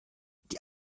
die